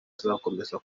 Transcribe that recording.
azakomeza